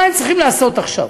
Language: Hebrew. מה הם צריכים לעשות עכשיו?